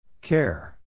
Care